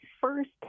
first